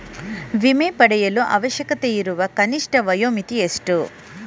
ವಿಮೆ ಪಡೆಯಲು ಅವಶ್ಯಕತೆಯಿರುವ ಕನಿಷ್ಠ ವಯೋಮಿತಿ ಎಷ್ಟು?